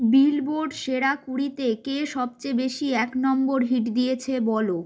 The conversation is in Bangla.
বিলবোর্ড সেরা কুড়িতে কে সবচেয়ে বেশি এক নম্বর হিট দিয়েছে বলো